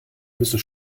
müssen